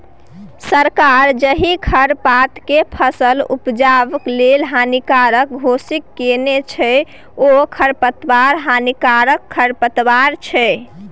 सरकार जाहि खरपातकेँ फसल उपजेबा लेल हानिकारक घोषित केने छै ओ खरपात हानिकारक खरपात छै